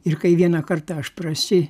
ir kai vieną kartą aš prasi